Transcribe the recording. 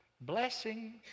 blessing